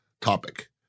topic